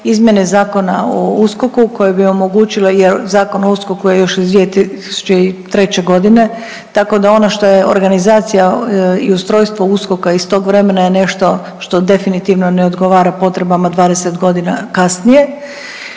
izmjene Zakona o USKOK-u koje bi omogućile jer Zakon o USKOKU je još iz 2003. godine, tako da ono što je organizacija i ustrojstvo USKOK-a iz tog vremena je nešto što definitivno ne odgovara potrebama 20 godina kasnije.